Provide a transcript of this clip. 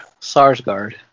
Sarsgaard